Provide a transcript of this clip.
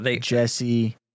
Jesse